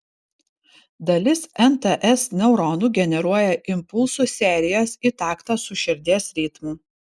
dalis nts neuronų generuoja impulsų serijas į taktą su širdies ritmu